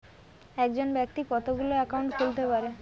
একজন ব্যাক্তি কতগুলো অ্যাকাউন্ট খুলতে পারে?